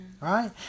right